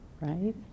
right